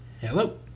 Hello